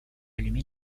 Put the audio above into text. allumé